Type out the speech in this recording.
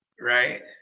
Right